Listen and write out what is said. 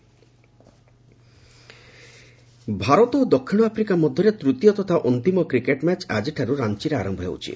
cricket Bharat ଓ ଦକ୍ଷିଣ Africa ମଧ୍ୟରେ ତୃତୀୟ ତଥା ଅନ୍ତିମ କ୍ରିକେଟ୍ ମ୍ୟାଚ୍ ଆକ୍କିଠାର୍ ରାଞ୍ଚିରେ ଆରମ୍ଭ ହେଉଛି